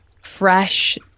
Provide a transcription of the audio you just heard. fresh